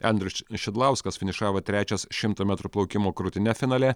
andrius ši šidlauskas finišavo trečias šimto metrų plaukimo krūtine finale